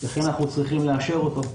ולכן אנחנו צריכים לאשר אותו.